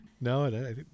No